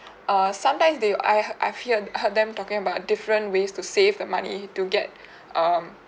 err sometimes they I heard I've hear heard them talking about different ways to save the money to get um